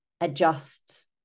adjust